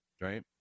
Right